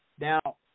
Now